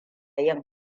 yin